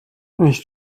nicht